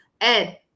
Ed